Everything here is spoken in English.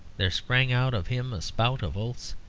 there sprang out of him a spout of oaths,